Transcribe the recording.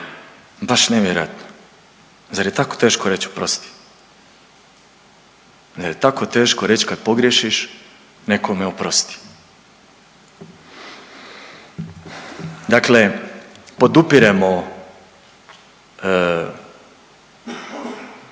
baš nevjerojatno. Zar je tako teško reći oprosti? Zar je tako teško reći kad pogriješiš nekome oprosti? Dakle, podupiremo,